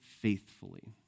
faithfully